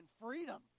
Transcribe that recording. freedom